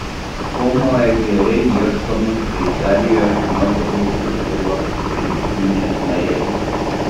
komo ežere ieškoma šveicarijos moterų futbolo rinktinės narės